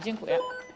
Dziękuję.